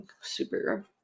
super